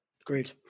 Agreed